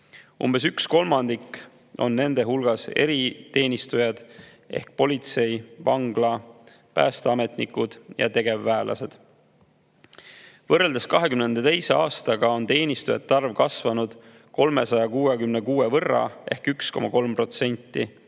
Umbes üks kolmandik neist on eriteenistujad ehk politsei-, vangla-, päästeametnikud ja tegevväelased. Võrreldes 2022. aastaga on teenistujate arv kasvanud 366 võrra ehk 1,3%.